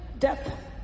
death